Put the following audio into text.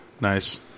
nice